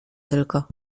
tylko